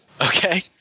Okay